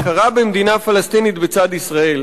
הכרה במדינה פלסטינית בצד ישראל